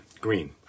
Green